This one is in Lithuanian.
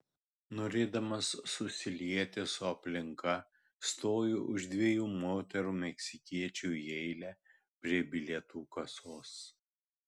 norėdamas susilieti su aplinka stoju už dviejų moterų meksikiečių į eilę prie bilietų kasos